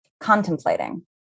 contemplating